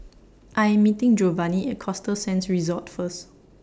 I Am meeting Jovanny At Costa Sands Resort First